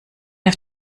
auf